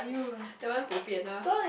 that one bo pian ah